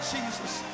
Jesus